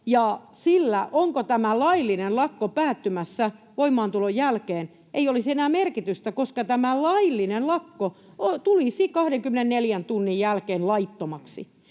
sillä, onko tämä laillinen lakko päättymässä voimaantulon jälkeen, ei olisi enää merkitystä, koska tämä laillinen lakko tulisi 24 tunnin jälkeen laittomaksi.